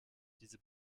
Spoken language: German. diese